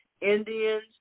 Indians